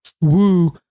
Woo